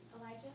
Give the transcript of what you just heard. Elijah